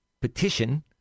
petition